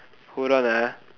hold on lah